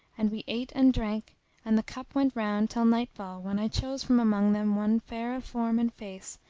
and we ate and drank and the cup went round till nightfall when i chose from among them one fair of form and face,